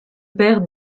père